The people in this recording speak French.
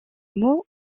mot